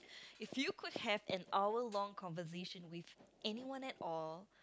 if you could have an hour long conversation with anyone at all